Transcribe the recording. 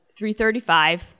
335